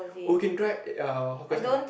oh we can try oh Hawker Chan